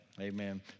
Amen